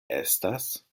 estas